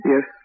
Yes